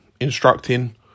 instructing